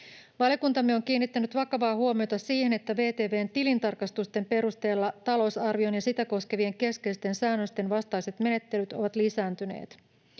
Valiokuntamme on kiinnittänyt vakavaa huomiota siihen, että VTV:n tilintarkastusten perusteella talousarvion ja sitä koskevien keskeisten säännösten vastaiset menettelyt ovat lisääntyneet.